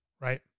Right